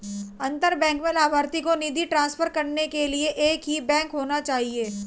अंतर बैंक में लभार्थी को निधि ट्रांसफर करने के लिए एक ही बैंक होना चाहिए